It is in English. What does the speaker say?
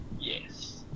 Yes